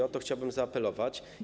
O to chciałbym zaapelować.